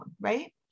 right